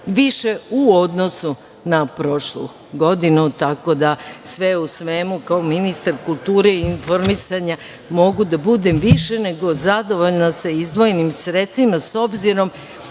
više u odnosu na prošlu godinu. Tako da, sve u svemu, kao ministar kulture i informisanja mogu da budem više nego zadovoljna sa izdvojenim sredstvima, s obzirom